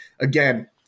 again